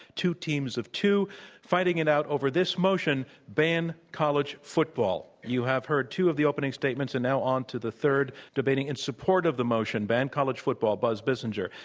two teams of two fighting it out over this motion, ban college football. you have heard two of the opening statements, and now on to the third debating in support of the motion, ban college football, buzz bissinger.